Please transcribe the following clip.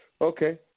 Okay